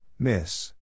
Miss